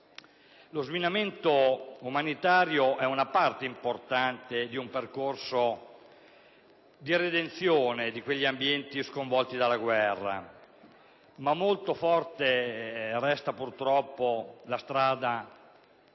Lo sminamento umanitario è una parte importante di un percorso di redenzione di quegli ambienti sconvolti dalla guerra, ma molto lunga resta purtroppo la strada